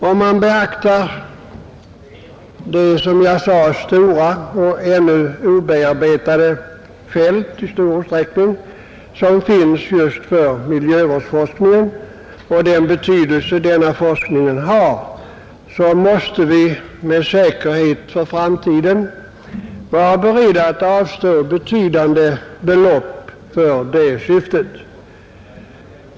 Om vi beaktar det stora och ännu obearbetade fält som finns för miljövårdsforskningen och den betydelse denna har, måste vi för framtiden med säkerhet vara beredda att avstå betydande belopp för just detta syfte.